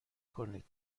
کنید